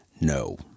no